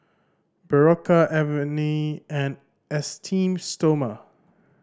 Berocca Avene and Esteem Stoma